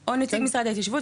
או נציג משרד ההתיישבות.